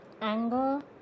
anger